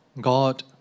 God